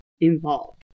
involved